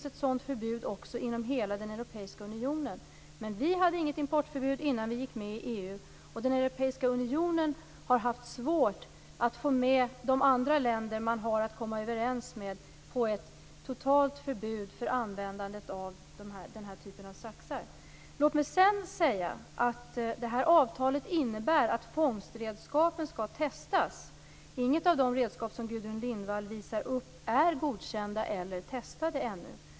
Ett sådant förbud finns i hela Europeiska unionen - vi hade inget importförbud innan vi gick med i EU. Europeiska unionen har haft svårt att få med de andra länder som man har att komma överens med på ett totalt förbud mot användning av den här typen av saxar. Det här avtalet innebär att fångstredskapen skall testas. De redskap som Gudrun Lindvall visar upp är ännu inte godkända eller testade.